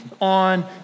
on